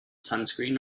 sunscreen